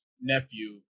nephew